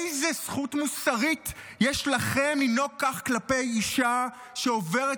איזו זכות מוסרית יש לכם לנהוג כך כלפי אישה שעוברת